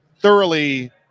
thoroughly